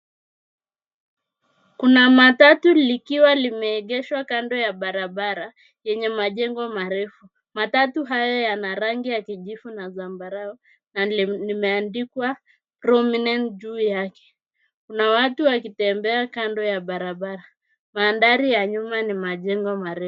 Kuna matatu likiwa lime egeshwa kando ya barabara yenye majengo marefu, matatu haya yana rangi ya kijivu na zambarau na lime andikwa[ cs]prominent juu yake. Kuna watu wakitembea kando ya barabara, mandhari ya nyuma ni majengo.